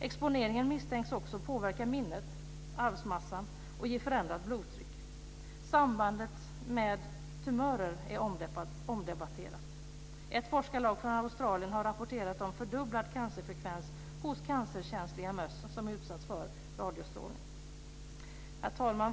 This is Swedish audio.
Exponeringen misstänks också påverka minnet, arvsmassan och ge förändrat blodtryck. Sambandet med tumörer är omdebatterat. Ett forskarlag från Australien har rapporterat om fördubblad cancerfrekvens hos cancerkänsliga möss som utsatts för radiostrålning. Herr talman!